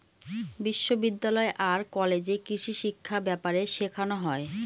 বিশ্ববিদ্যালয় আর কলেজে কৃষিশিক্ষা ব্যাপারে শেখানো হয়